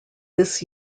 this